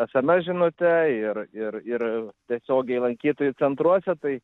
sms žinute ir ir ir tiesiogiai lankytojų centruose tai